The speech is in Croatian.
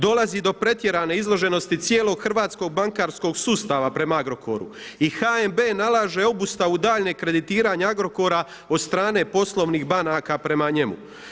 Dolazi do pretjerane izloženosti cijelog hrvatskog bankarskog sustava prema Agrokoru i HNB nalaže obustavu daljnjeg kreditiranja Agrokora od strane poslovnih banaka prema njemu.